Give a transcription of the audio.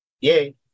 yay